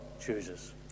chooses